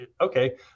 okay